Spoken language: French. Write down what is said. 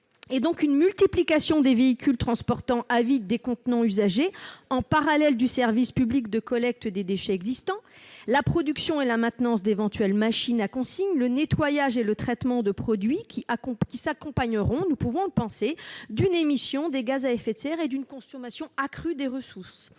La multiplication des véhicules transportant à vide des contenants usagés en parallèle du service public de collecte des déchets existants, la production et la maintenance d'éventuelles machines à consigne, le nettoyage et le traitement de produits s'accompagneront probablement d'une émission de gaz à effet de serre et d'une consommation accrue des ressources.